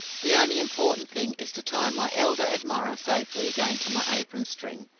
the only important thing is to tie my elderly admirer safely again to my apron-string.